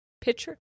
Picture